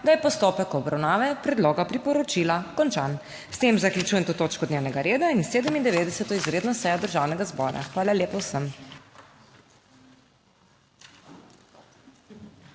da je postopek obravnave predloga priporočila končan. S tem zaključujem to točko dnevnega reda in 97. izredno sejo Državnega zbora. Hvala lepa vsem!